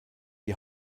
die